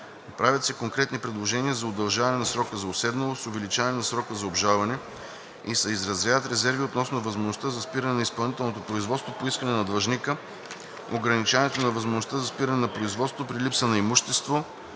Правят се конкретни предложения за удължаване на срока за уседналост, увеличаване на срока за обжалване и се изразяват резерви относно възможността за спиране на изпълнителното производство по искане на длъжника, ограничаването на възможността за спиране на производството при липса на имущество,